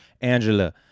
Angela